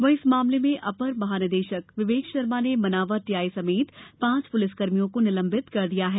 वहीं इस मामले में अपर महानिदेशक विवेक शर्मा ने मनावर टीआई समेत पांच पुलिसकर्मियों को निलंबित कर दिया है